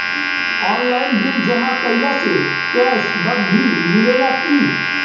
Online bill जमा कईला से कैश बक भी मिलेला की?